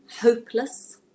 hopeless